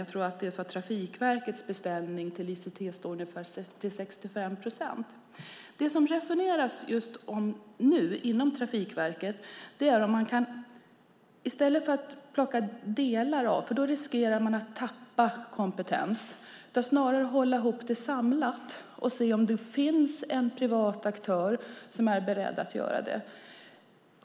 Jag tror att Trafikverkets beställning till ICT står för ungefär 65 procent. Inom Trafikverket resonerar man just nu om att hålla ihop ICT samlat i stället för att dela det, för då tappar man kompetens. Man vill se om det finns en privat aktör som är beredd att göra det.